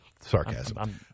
Sarcasm